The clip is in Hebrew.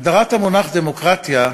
הגדרת המונח דמוקרטיה היא: